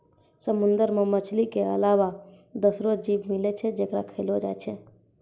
समुंदर मे मछली के अलावा दोसरो जीव मिलै छै जेकरा खयलो जाय छै